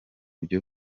byo